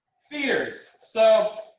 feeders. so